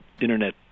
internet